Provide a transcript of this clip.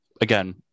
again